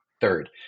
Third